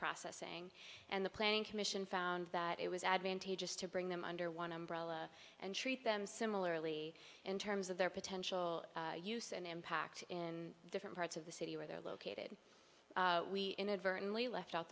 processing and the planning commission found that it was advantageous to bring them under one umbrella and treat them similarly in terms of their potential use and impact in different parts of the city where they're located we inadvertently left o